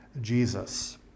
Jesus